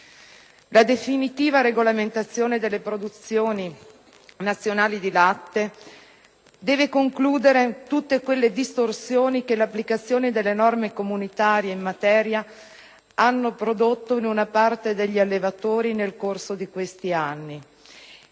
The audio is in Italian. La definitiva regolamentazione delle produzioni nazionali di latte deve porre fine a tutte quelle distorsioni che l'applicazione delle norme comunitarie in materia ha prodotto in una parte degli allevatori nel corso di questi anni,